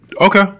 Okay